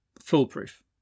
foolproof